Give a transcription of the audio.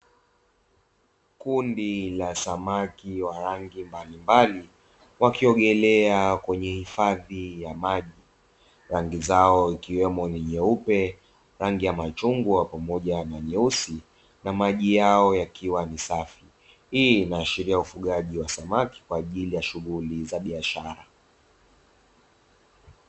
Kundi la samaki wa rangi mbalimbali wakiogelea kwenye hifadhi ya maji, rangi zao ikiwemo ni nyeupe rangi ya machungwa pamoja na nyeusi na maji yao yakiwa ni safi, hii inaashiria ufugaji wa samaki kwa ajili ya shughuli za biashara.